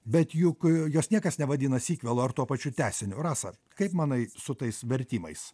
bet juk jos niekas nevadino sikvelu ar tuo pačiu tęsiniu rasa kaip manai su tais vertimais